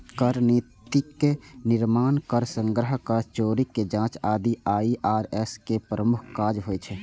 कर नीतिक निर्माण, कर संग्रह, कर चोरीक जांच आदि आई.आर.एस के प्रमुख काज होइ छै